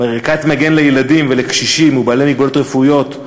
ערכת מגן לילדים ולקשישים ובעלי מגבלות רפואיות,